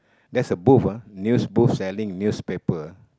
there's a booth ah news booth selling newspaper